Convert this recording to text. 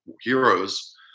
heroes